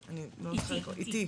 עתי.